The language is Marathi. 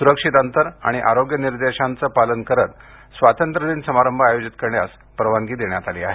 सुरक्षित अंतर आणि आरोग्य दिशानिर्देशांचं पालन करत स्वतंत्र्यदिन समारंभ आयोजित करण्यास परवानगी देण्यात आली आहे